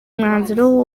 mwanzuro